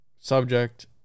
subject